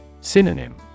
Synonym